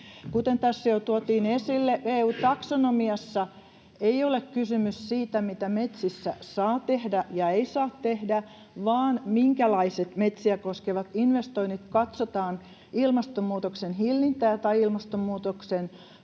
Kuten tässä jo tuotiin esille, EU-taksonomiassa ei ole kysymys siitä, mitä metsissä saa tehdä ja ei saa tehdä, vaan minkälaiset metsiä koskevat investoinnit katsotaan ilmastonmuutoksen hillintää tai ilmastonmuutokseen